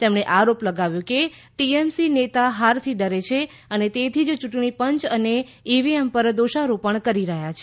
તેમણે આરોપ લગાવ્યો કે ટીએમસી નેતા હારથી ડરે છે અને તેથી ચૂંટણી પંચ અને ઈવીએમ પર દોષારોપણ કરી રહ્યાં છે